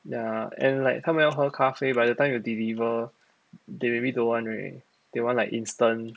ya and like 他们要喝咖啡 by the time you deliver they maybe don't want already they want like instant